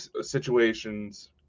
situations